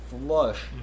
flush